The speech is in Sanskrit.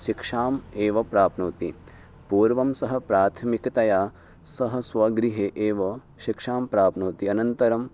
शिक्षाम् एव प्राप्नोति पूर्वं सः प्राथमिकतया सः स्वगृहे एव शिक्षां प्राप्नोति अनन्तरम्